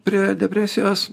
prie depresijos